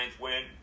win